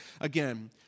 again